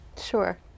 Sure